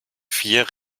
vier